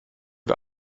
wir